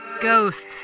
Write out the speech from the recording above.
Ghost